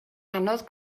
anodd